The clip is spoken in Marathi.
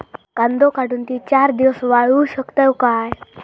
कांदो काढुन ती चार दिवस वाळऊ शकतव काय?